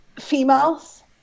females